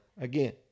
Again